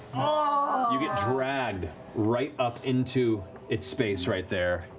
ah you get dragged right up into its space right there.